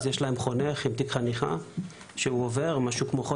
יש להם חונך עם תיק חניכה שעובר משהו כמו